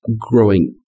growing